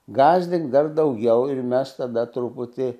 gąsdint dar daugiau ir mes tada truputį